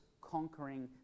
conquering